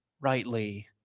rightly